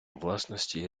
власності